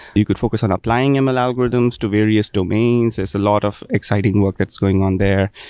you could focus on applying and ml algorithms to various domains. there's a lot of exciting work that's going on there.